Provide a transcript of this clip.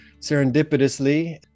serendipitously